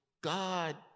God